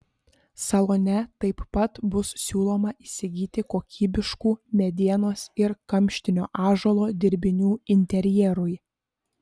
salone taip pat bus siūloma įsigyti kokybiškų medienos ir kamštinio ąžuolo dirbinių interjerui